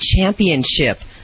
Championship